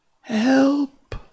Help